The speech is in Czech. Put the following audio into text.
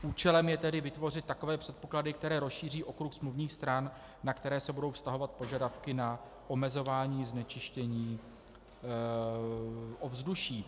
Účelem je tedy vytvořit takové předpoklady, které rozšíří okruh smluvních stran, na které se budou vztahovat požadavky na omezování znečištění ovzduší.